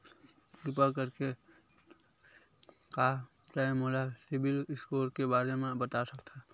किरपा करके का तै मोला सीबिल स्कोर के बारे माँ बता सकथस?